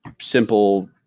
simple